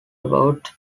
about